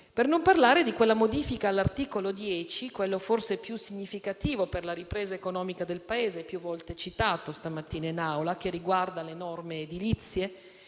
Paese. Non parliamo poi di quella modifica all'articolo 10, forse il più significativo per la ripresa economica del Paese, più volte citato questa mattina in Assemblea, che riguarda le norme edilizie